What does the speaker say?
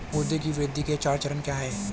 पौधे की वृद्धि के चार चरण क्या हैं?